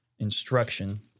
instruction